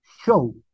show